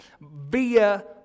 via